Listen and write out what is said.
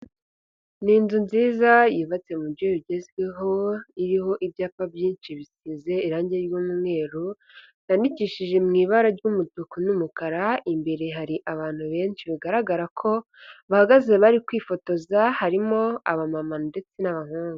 Ni zu nziza yubatse mu buryo bigezweho iriho ibyapa byinshi bisize irangi ry'umweru byandikishije mu ibara ry'umutuku n'umukara, imbere hari abantu benshi bigaragara ko bahagaze bari kwifotoza, harimo abamama ndetse n'abahungu.